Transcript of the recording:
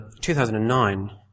2009